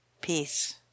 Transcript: peace